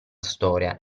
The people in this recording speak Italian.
storia